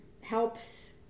helps